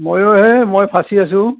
ময়ো হেই মই ফঁচি আছোঁ